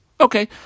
Okay